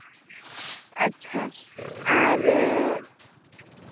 ᱟᱪᱪᱷᱟ ᱟᱨ